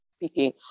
speaking